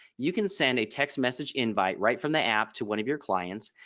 you can send a text message invite. right from the app to one of your clients.